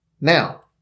Now